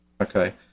Okay